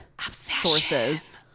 sources